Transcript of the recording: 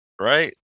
Right